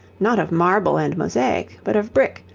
not of marble and mosaic but of brick,